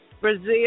Brazil